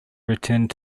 returned